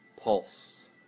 pulse